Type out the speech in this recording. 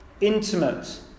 intimate